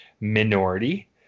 Minority